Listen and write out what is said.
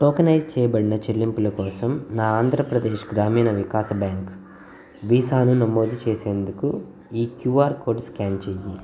tokenise చేయబడిన చెల్లింపుల కోసం నా ఆంధ్రప్రదేశ్ గ్రామీణ వికాస బ్యాంక్ వీసాను నమోదు చేసేందుకు ఈ క్యూఆర్ కోడ్ స్క్యాన్ చెయ్యి